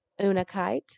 Unakite